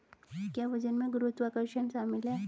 क्या वजन में गुरुत्वाकर्षण शामिल है?